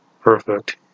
perfect